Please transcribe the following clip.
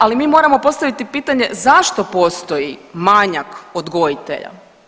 Ali mi moramo postaviti pitanje zašto postoji manjak odgojitelja.